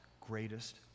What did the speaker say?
greatest